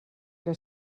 què